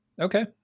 Okay